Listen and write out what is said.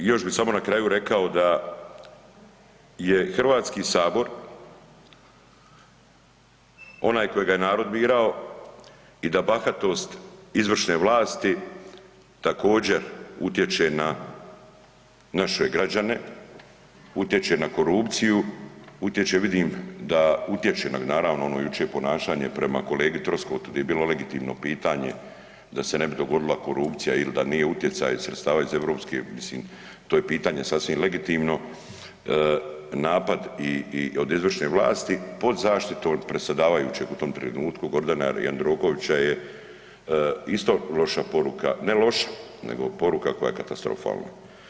I još bi samo na kraju rekao da je Hrvatski sabor onaj kojega je narod birao i da bahatost izvršne vlasti također utječe na naše građane, utječe na korupciju, utječe vidim da, utječe naravno ono jučer ponašanje prema kolegi Troskotu gdje je bilo legitimno pitanja da se ne bi dogodila korupcija ili da nije utjecaj sredstava iz europske, mislim to je pitanje sasvim legitimno, napad i od izvršne vlasti pod zaštitom predsjedavajućeg u tom trenutku Gordana Jandrokovića je isto loša poruka, ne loša nego poruka koja je katastrofalna.